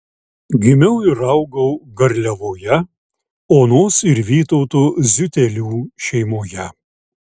gimiau ir augau garliavoje onos ir vytauto ziutelių šeimoje